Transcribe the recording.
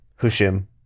hushim